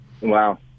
Wow